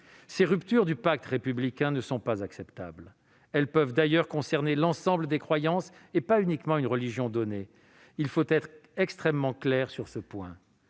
Ces ruptures du pacte républicain ne sont pas acceptables. Elles peuvent d'ailleurs concerner l'ensemble des croyances, et pas uniquement une religion donnée- il faut être extrêmement clair sur ce point.